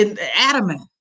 adamant